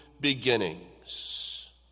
beginnings